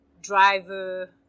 driver